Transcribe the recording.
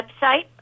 website